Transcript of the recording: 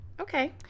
Okay